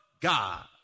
God